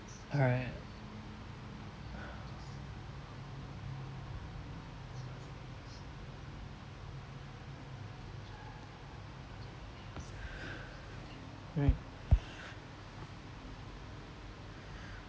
right right